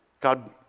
God